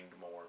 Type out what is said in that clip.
more